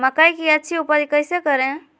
मकई की अच्छी उपज कैसे करे?